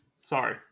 Sorry